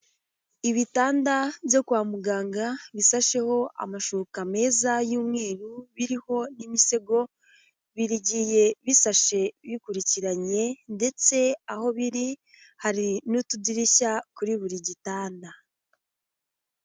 Ibitanda byo kwa muganga bisasheho amashuka meza y'umweru, biriho n'imisego, bigiye bisashe bikurikiranye, ndetse aho biri hari n'utudirishya kuri buri gitanda.